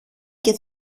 και